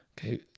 Okay